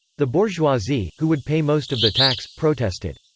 the bourgeoisie, who would pay most of the tax, protested.